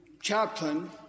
chaplain